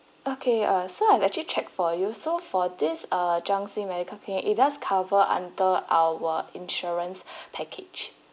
okay uh so I'm actually check for you so for this err zhang xi medical clinic it does cover under our insurance package